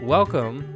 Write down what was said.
Welcome